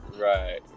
Right